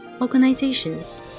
organizations